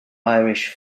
irish